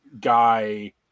guy